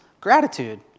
gratitude